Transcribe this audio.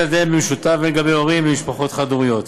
ילדיהם במשותף והן על הורים במשפחות חד-הוריות.